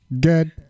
good